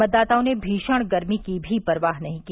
मतदाताओं ने भीषण गर्मी की भी परवाह नहीं की